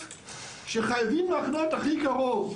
שחייבים לחנות הכי קרוב,